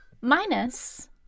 Minus